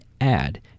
add